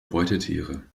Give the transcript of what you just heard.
beutetiere